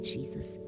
Jesus